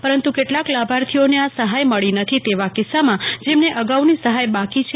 પરંતુ કેટલ ક લ ભ ર્થી ઓને આ સફ ય મળી નથી તેવ કિસ્સ મં જેમને અગ ઉની સહ થ બ કી છે